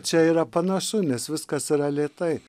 čia yra panašu nes viskas yra lėtai